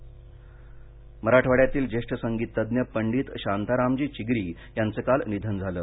निधन मराठवाङ्यातील जेष्ठ संगीततज्ञ पंडित शांतारामजी चिगरी यांचं काल निधन झालं